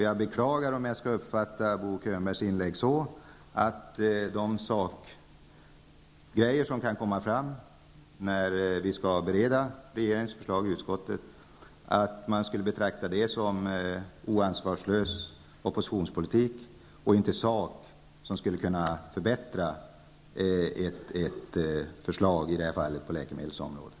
Jag beklagar om jag skall uppfatta Bo Könbergs inlägg så att han betraktar det som kan komma fram vid utskottets beredning av regeringens förslag som ansvarslös oppositionspolitik och inte som sakpolitik som skulle kunna förbättra detta förslag på läkemedelsområdet.